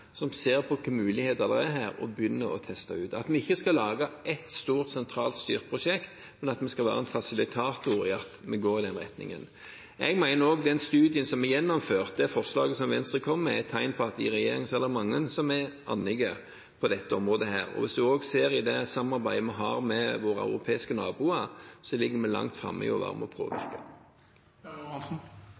som ser på hvilke muligheter som er her, og begynner å teste ut – at vi ikke skal lage ett stort, sentralstyrt prosjekt, men at vi skal være en fasilitator for at vi går i den retningen. Jeg mener at den studien som er gjennomført, det forslaget som Venstre kom med, er et tegn på at i regjeringen er det mange som er «annige» på dette området. Og hvis man også ser på det samarbeidet vi har med våre europeiske naboer, ligger vi langt framme i å være med og påvirke. Arbeiderpartiet mener at å